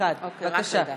בבקשה.